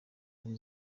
ari